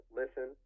listen